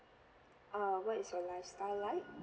err what is your lifestyle like